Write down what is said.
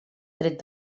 tret